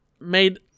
made